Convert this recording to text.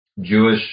Jewish